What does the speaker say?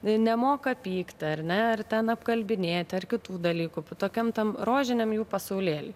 nemoka pykti ar ne ar ten apkalbinėti ar kitų dalykų tokiam tam rožiniam jų pasaulėly